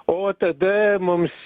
o tada mums